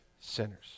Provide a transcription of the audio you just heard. sinners